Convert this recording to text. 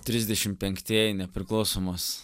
trisdešim penktieji nepriklausomos